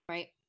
Right